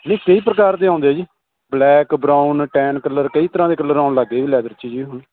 ਨਹੀਂ ਕਈ ਪ੍ਰਕਾਰ ਦੇ ਆਉਂਦੇ ਆ ਜੀ ਬਲੈਕ ਬਰਾਉਨ ਟੈਨ ਕਲਰ ਕਈ ਤਰ੍ਹਾਂ ਦੇ ਕਲਰ ਆਉਣ ਲੱਗ ਗਏ ਵੀ ਲੈਦਰ 'ਚ ਜੀ ਹੁਣ